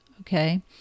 Okay